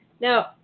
Now